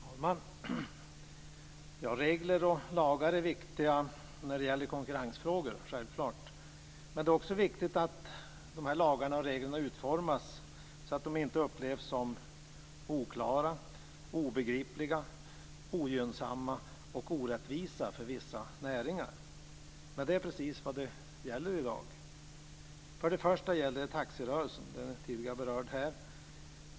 Fru talman! Regler och lagar är viktiga när det gäller konkurrensfrågor, självklart. Men det är också viktigt att lagarna och reglerna utformas så att de inte upplevs som oklara, obegripliga, ogynnsamma och orättvisa för vissa näringar. Men det är precis vad som gäller i dag. Först och främst gäller det taxirörelsen. Den har tidigare berörts här.